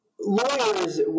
lawyers